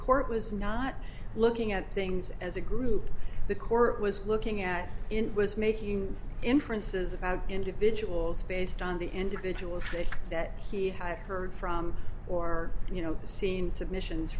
court was not looking at things as a group the court was looking at it was making inferences about individuals based on the individuals that he had heard from or you know seen submissions